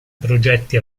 progetti